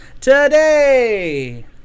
today